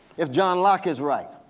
if john lock is right.